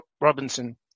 Robinson